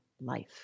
life